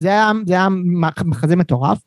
זה היה זה היה מחזה מטורף